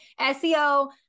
SEO